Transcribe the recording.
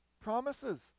promises